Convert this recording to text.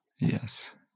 Yes